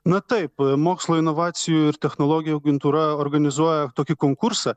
na taip mokslo inovacijų ir technologijų agentūra organizuoja tokį konkursą